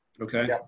Okay